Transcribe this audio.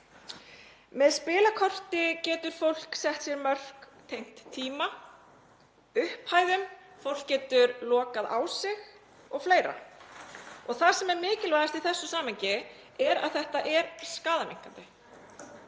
Með spilakorti getur fólk sett sér mörk tengd tíma og upphæðum, fólk getur lokað á sig og fleira. Það sem er mikilvægast í þessu samhengi er að þetta er skaðaminnkandi.